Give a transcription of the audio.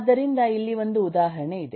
ಆದ್ದರಿಂದ ಇಲ್ಲಿ ಒಂದು ಉದಾಹರಣೆ ಇದೆ